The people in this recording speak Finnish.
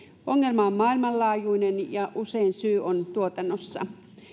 ongelma on maailmanlaajuinen ja usein syy on tuotannossa